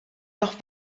noch